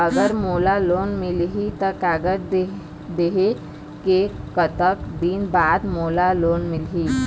अगर मोला लोन मिलही त कागज देहे के कतेक दिन बाद मोला लोन मिलही?